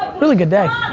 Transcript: really good day.